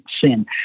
sin